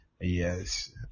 yes